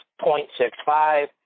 0.65